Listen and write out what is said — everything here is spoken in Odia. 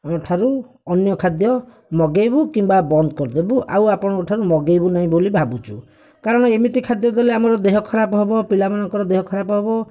ଠାରୁ ଅନ୍ୟ ଖାଦ୍ୟ ମଗାଇବୁ କିମ୍ବା ବନ୍ଦ କରିଦେବୁ ଆଉ ଆପଣଙ୍କ ଠାରୁ ମଗାଇବୁ ନାହିଁ ବୋଲି ଭାବୁଛୁ କାରଣ ଏମିତି ଖାଦ୍ୟ ଦେଲେ ଆମର ଦେହ ଖରାପ ହେବ ପିଲାମାନଙ୍କର ଦେହ ଖରାପ ହେବ